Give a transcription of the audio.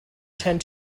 tend